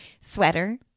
sweater